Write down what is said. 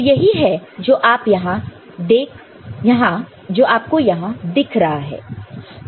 तो यही है जो आपको यहां दिख रहा है